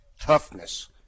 toughness